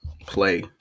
play